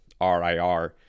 RIR